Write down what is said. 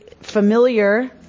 familiar